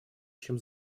чем